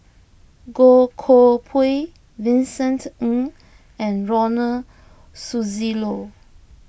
Goh Koh Pui Vincent Ng and Ronald Susilo